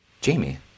Jamie